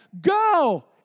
go